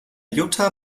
jutta